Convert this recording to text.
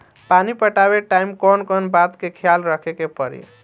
पानी पटावे टाइम कौन कौन बात के ख्याल रखे के पड़ी?